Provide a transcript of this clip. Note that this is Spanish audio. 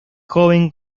joven